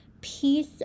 peace